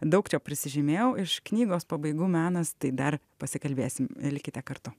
daug čia prisižymėjau iš knygos pabaigų menas tai dar pasikalbėsim likite kartu